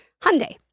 Hyundai